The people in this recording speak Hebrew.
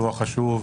שהוא החשוב,